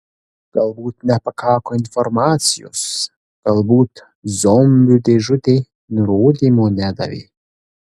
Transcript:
galbūt nepakako informacijos galbūt zombių dėžutė nurodymo nedavė